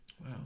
wow